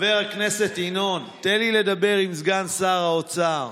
חבר הכנסת ינון, תן לי לדבר עם סגן שר האוצר.